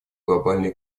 глобальной